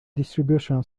distribution